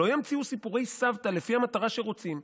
לא ימציאו סיפורי סבתא לפי המטרה שרוצים.